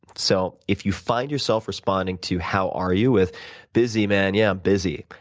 so if you find yourself responding to how are you? with busy, man. yeah, i'm busy,